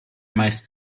meist